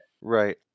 right